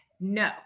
No